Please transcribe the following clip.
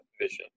vision